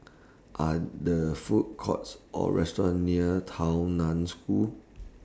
Are The Food Courts Or restaurants near Tao NAN School